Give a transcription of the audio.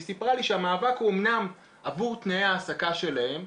היא סיפרה לי שהמאבק הוא אמנם למען תנאי ההעסקה שלהם,